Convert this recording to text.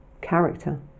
character